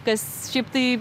kas šiaip tai